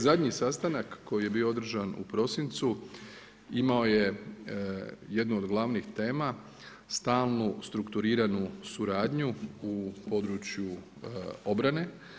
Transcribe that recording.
Zadnji sastanak koji je bio održan u prosincu imao je jednu od glavnih tema stalnu strukturiranu suradnju u području obrane.